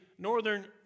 Northern